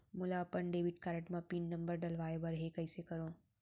मोला अपन debit card म पिन नंबर डलवाय बर हे कइसे करव?